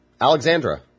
Alexandra